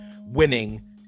winning